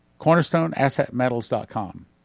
CornerstoneAssetMetals.com